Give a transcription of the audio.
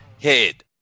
head